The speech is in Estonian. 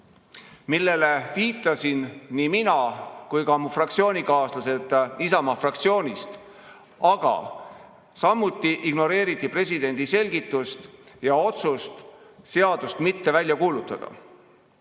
millele viitasin nii mina kui ka mu fraktsioonikaaslased Isamaa fraktsioonist, samuti ignoreeriti presidendi selgitust ja otsust seadust mitte välja kuulutada. Arutatava